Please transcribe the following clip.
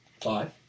Five